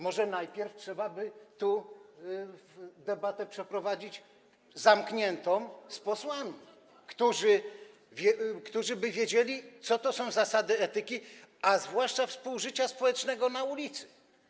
Może najpierw trzeba by tu przeprowadzić debatę zamkniętą z posłami, którzy by wiedzieli, co to są zasady etyki, a zwłaszcza współżycia społecznego na ulicy.